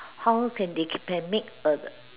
how can they keep and make a